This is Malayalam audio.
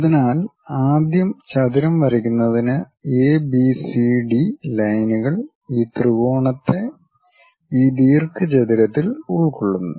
അതിനാൽ ആദ്യം ചതുരം വരയ്ക്കുന്നതിന് എബിസിഡി ലൈനുകൾ ഈ ത്രികോണത്തെ ഈ ദീർഘചതുരത്തിൽ ഉൾക്കൊള്ളുന്നു